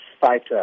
fighter